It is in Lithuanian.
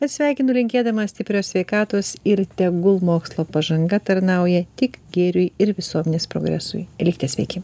atsisveikinu linkėdamas stiprios sveikatos ir tegul mokslo pažanga tarnauja tik gėriui ir visuomenės progresui likite sveiki